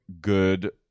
good